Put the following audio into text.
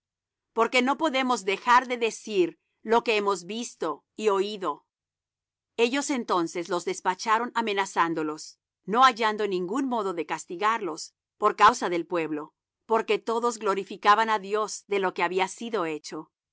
porque no podemos dejar de decir lo que hemos visto y oído ellos entonces los despacharon amenazándolos no hallando ningún modo de castigarlos por causa del pueblo porque todos glorificaban á dios de lo que había sido hecho